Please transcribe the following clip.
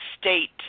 state